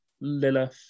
Lilith